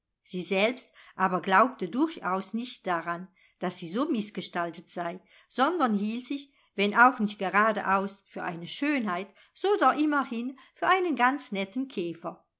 sie selbst aber glaubte durchaus nicht daran daß sie so mißgestaltet sei sondern hielt sich wenn auch nicht geradeaus für eine schönheit so doch immerhin für einen ganz netten käfer